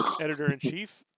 Editor-in-Chief